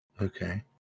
Okay